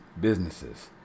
businesses